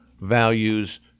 values